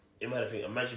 imagine